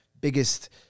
biggest